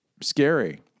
scary